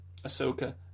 Ahsoka